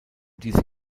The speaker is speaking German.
diese